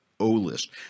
O-List